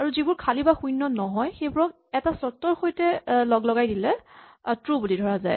আৰু যিবোৰ খালী বা শূণ্য নহয় সেইবোৰক এটা চৰ্তৰ সৈতে লগলগাই দিলে ট্ৰো বুলি ধৰা হয়